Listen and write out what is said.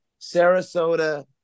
Sarasota